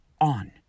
on